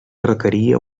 requeria